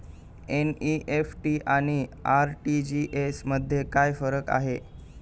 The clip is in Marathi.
एन.इ.एफ.टी आणि आर.टी.जी.एस मध्ये काय फरक आहे?